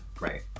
Right